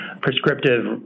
prescriptive